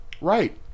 right